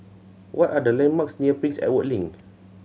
what are the landmarks near Prince Edward Link